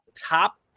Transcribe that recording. top